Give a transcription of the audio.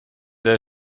der